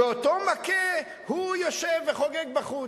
ואותו מכה, הוא יושב וחוגג בחוץ.